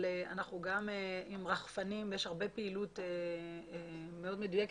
אבל אנחנו גם עם רחפנים ויש הרבה פעילות מאוד מדויקת.